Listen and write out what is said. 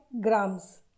grams